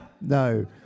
No